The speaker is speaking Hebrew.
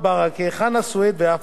חנא סוייד ועפו אגבאריה.